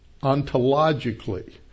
ontologically